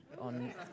on